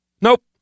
Nope